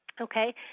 Okay